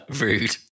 Rude